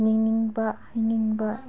ꯅꯤꯅꯤꯡꯕ ꯍꯥꯏꯅꯤꯡꯕ